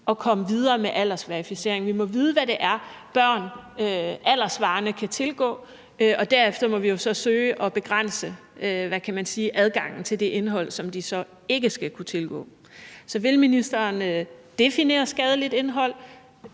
at komme videre med aldersverificering? Vi må vide, hvad det er, børn alderssvarende kan tilgå, og derefter må vi jo så søge at begrænse adgangen til det indhold, som de så ikke skal kunne tilgå. Så vil ministeren definere skadeligt indhold?